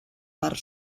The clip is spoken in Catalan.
part